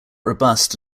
robust